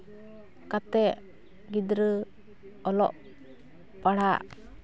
ᱠᱟᱛᱮᱫ ᱜᱤᱫᱽᱨᱟᱹ ᱚᱞᱚᱜ ᱯᱟᱲᱦᱟᱜ